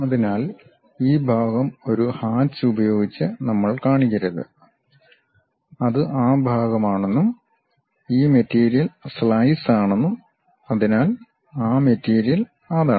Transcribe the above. അതിനാൽ ഈ ഭാഗം ഒരു ഹാച്ച് ഉപയോഗിച്ച് നമ്മൾ കാണിക്കരുത് അത് ആ ഭാഗമാണെന്നും ഈ മെറ്റീരിയൽ സ്ലൈസ് ആണെന്നും അതിനാൽ ആ മെറ്റീരിയൽ അതാണ്